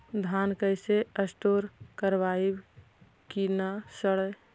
धान कैसे स्टोर करवई कि न सड़ै?